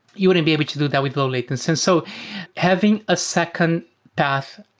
you wouldn't be able to do that with low-latency. and so having a second path,